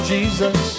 Jesus